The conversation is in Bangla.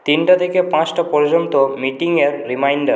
তিনটে থেকে পাঁচটা পর্যন্ত মিটিং এর রিমাইন্ডার